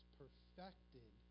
perfected